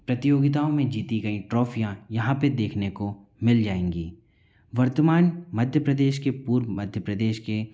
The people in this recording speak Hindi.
प्रतियोगिताओं में जीती गई ट्राॅफियाँ यहाँ पे देखने को मिल जाएँगी वर्तमान मध्य प्रदेश के पूर्व मध्य प्रदेश के